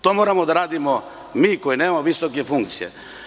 To moramo da radimo mi koji nemamo visoke funkcije.